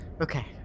okay